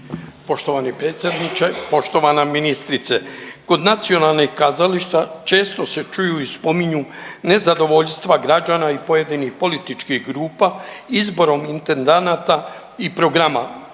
Poštovani predsjedniče, poštovana ministrice. Kod nacionalnih kazališta često se čuju i spominju nezadovoljstva građana i pojedinih političkih grupa izborom intendanata i programa.